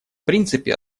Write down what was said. принципе